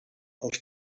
els